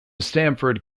stamford